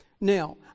Now